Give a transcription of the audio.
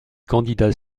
candidats